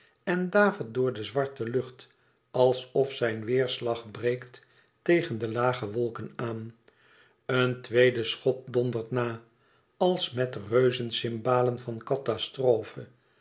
en davert door de zwarte lucht alsof zijn weêrslag breekt tegen de lage wolken aan een tweede schot dondert na als met reuzencymbalen van catastrofe